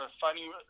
fighting